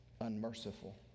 unmerciful